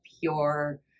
pure